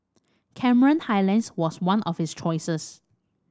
Cameron Highlands was one of his choices